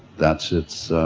that's its